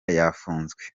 yafunzwe